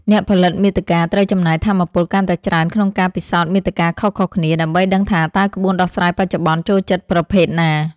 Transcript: អ្នកផលិតមាតិកាត្រូវចំណាយថាមពលកាន់តែច្រើនក្នុងការពិសោធន៍មាតិកាខុសៗគ្នា ដើម្បីដឹងថាតើក្បួនដោះស្រាយបច្ចុប្បន្នចូលចិត្តប្រភេទណា។